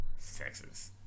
sexist